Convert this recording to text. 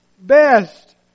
best